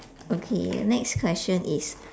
okay next question is